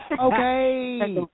Okay